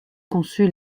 conçu